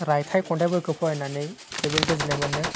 रायथाइ खन्थाइफोरखौ फरायनानै जोबोर गोजोन्नाय मोनो